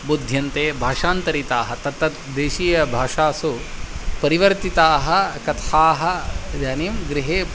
बोध्यन्ते भाषान्तरिताः तत्तत् देशीयभाषासु परिवर्तिताः कथाः इदानीं गृहे